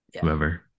whoever